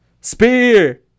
Spear